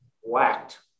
whacked